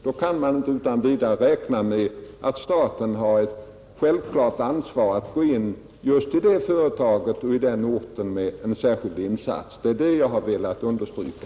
Då kan man inte utan vidare räkna med att staten har ett självklart ansvar att göra en insats just i det här företaget och på den här orten — det är det jag har velat understryka.